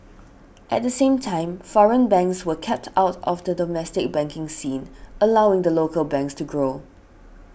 at the same time foreign banks were kept out of the domestic banking scene allowing the local banks to grow